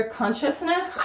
consciousness